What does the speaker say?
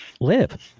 live